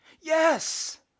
Yes